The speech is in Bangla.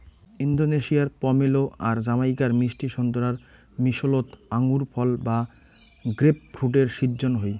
ইন্দোনেশিয়ার পমেলো আর জামাইকার মিষ্টি সোন্তোরার মিশোলোত আঙুরফল বা গ্রেপফ্রুটের শিজ্জন হই